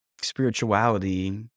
spirituality